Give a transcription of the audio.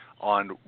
on